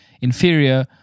inferior